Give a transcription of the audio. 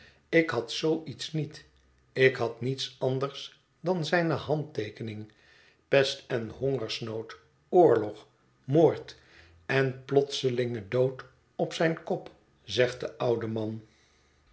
ik had zoo iets niet ik had niets anders dan zijne handteekening pest en hongersnood oorlog moord en plotselinge dood op zijn kop zegt de oude man